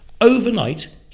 overnight